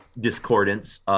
Discordance